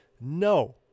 No